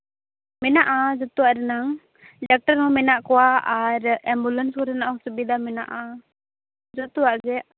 ᱢᱮᱱᱟᱜᱼᱟ ᱡᱚᱛᱚᱣᱟᱜ ᱨᱮᱱᱟᱝ ᱰᱟᱠᱛᱟᱨ ᱦᱚᱸ ᱢᱮᱱᱟᱜ ᱠᱚᱣᱟ ᱟᱨ ᱮᱢᱵᱩᱞᱮᱱᱥ ᱠᱚᱨᱮᱱᱟᱜ ᱦᱚᱸ ᱥᱩᱵᱤᱫᱟ ᱢᱮᱱᱟᱜᱼᱟ ᱡᱚᱛᱚᱣᱟᱜ ᱜᱮ